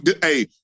Hey